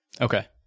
Okay